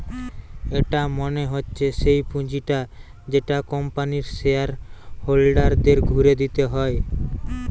এটা মনে হচ্ছে সেই পুঁজিটা যেটা কোম্পানির শেয়ার হোল্ডারদের ঘুরে দিতে হয়